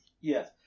Yes